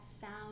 sound